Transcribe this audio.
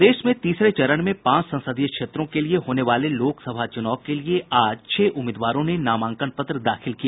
प्रदेश में तीसरे चरण में पांच संसदीय क्षेत्रों के लिये होने वाले लोकसभा चुनाव के लिये आज छह उम्मीदवारों ने नामांकन पत्र दाखिल किया